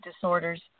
disorders